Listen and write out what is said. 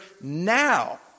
now